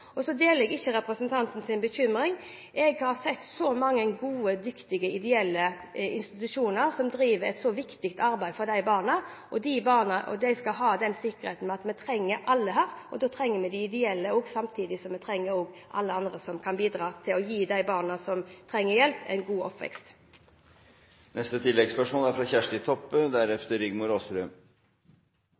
Jeg deler ikke representantens bekymring. Jeg har sett så mange gode og dyktige ideelle institusjoner som driver et så viktig arbeid for barna. De barna skal ha den sikkerheten at vi trenger alle. Vi trenger de ideelle organisasjonene, samtidig som vi trenger alle andre som kan bidra til å gi de barna som trenger hjelp, en god oppvekst. Kjersti Toppe – til oppfølgingsspørsmål. Det er